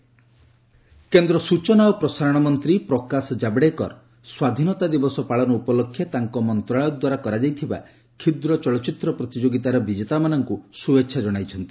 ଜାବ୍ଡ଼େକର ଶ୍ନଭେଚ୍ଛା କେନ୍ଦ୍ର ସ୍ଚଚନା ଓ ପ୍ରସାରଣ ମନ୍ତ୍ରୀ ପ୍ରକାଶ ଜାବ୍ଡେକର ସ୍ୱାଧୀନତା ଦିବସ ପାଳନ ଉପଲକ୍ଷେ ତାଙ୍କ ମନ୍ତ୍ରଣାଳୟ ଦ୍ୱାରା କରାଯାଇଥିବା କ୍ଷୁଦ୍ର ଚଳଚ୍ଚିତ୍ର ପ୍ରତିଯୋଗିତାର ବିଜେତାମାନଙ୍କୁ ଶୁଭେଚ୍ଛା ଜଣାଇଛନ୍ତି